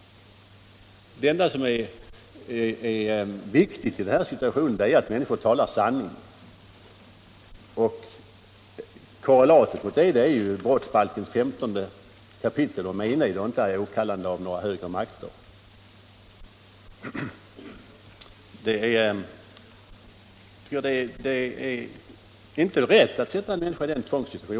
Det enda som är viktigt i denna situation är att människor talar sanning, och korrelatet till det är ju brottsbalkens 15 kap. om mened och inte åkallande av några högre makter. Det är inte rätt att sätta en människa i den här tvångssituationen.